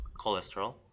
cholesterol